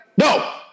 no